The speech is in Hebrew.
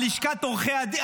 על לשכת עורכי הדין,